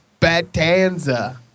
Batanza